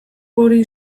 hori